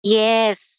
yes